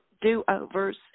do-overs